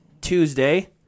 Tuesday